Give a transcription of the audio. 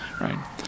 right